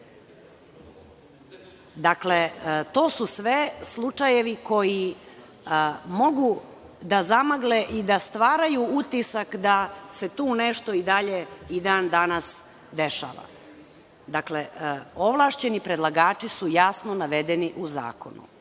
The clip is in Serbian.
Dakle, to su sve slučajevi koji mogu da zamagle i da stvaraju utisak da se tu nešto i dalje i dan danas dešava. Dakle, ovlašćeni predlagači su jasno navedeni u zakonu.